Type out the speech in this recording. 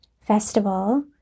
festival